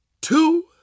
two